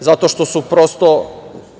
zato što se prosto